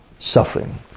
suffering